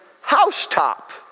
housetop